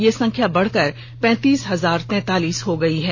यह संख्या बढ़ कर पैंतिस हजार तैंतालीस हो गई है